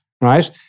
right